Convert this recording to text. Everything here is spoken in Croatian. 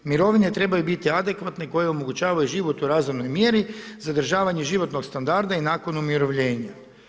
Mirovine trebaju biti adekvatne koje omogućavaju život u razumnoj mjeri, zadržavanje životnog standarda i nakon umirovljenja.